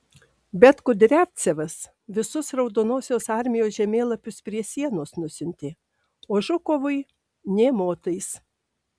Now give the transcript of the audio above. bet kudriavcevas visus raudonosios armijos žemėlapius prie sienos nusiuntė o žukovui nė motais